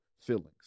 feelings